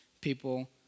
people